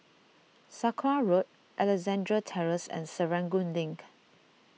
Sakra Road Alexandra Terrace and Serangoon Link